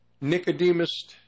Nicodemus